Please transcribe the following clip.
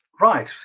Right